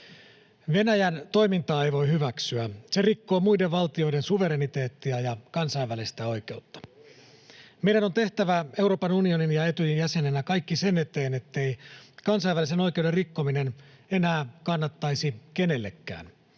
Venäjän toimintaa ei voi hyväksyä. Se rikkoo muiden valtioiden suvereniteettia ja kansainvälistä oikeutta. [Timo Heinonen: Juuri näin!] Meidän on tehtävä Euroopan unionin ja Etyjin jäsenenä kaikki sen eteen, ettei kansainvälisen oikeuden rikkominen enää kannattaisi kenellekään.